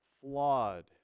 flawed